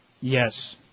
Yes